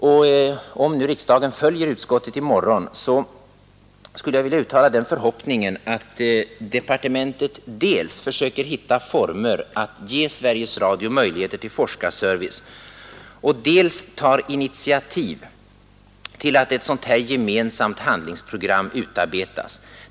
Om riksdagen i morgon bifaller utskottets förslag vill jag uttala den förhoppningen att departementet dels försöker finna former för att ge Sveriges Radio möjligheter till forskarservice och dels tar initiativ till att ett gemensamt handlingsprogram utarbetas.